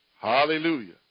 Hallelujah